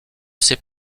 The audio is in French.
sait